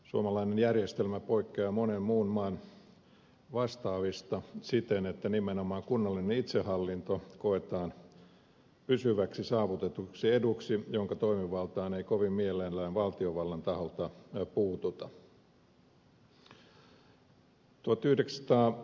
suomalainen järjestelmä poikkeaa monen muun maan vastaavista siten että nimenomaan kunnallinen itsehallinto koetaan pysyväksi saavutetuksi eduksi ja sen toimivaltaan ei kovin mielellään valtiovallan taholta puututa